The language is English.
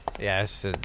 Yes